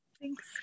Thanks